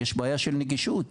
יש בעיה של נגישות,